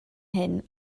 hyn